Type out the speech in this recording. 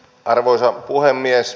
arvoisa puhemies